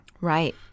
Right